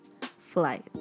flight